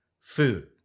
food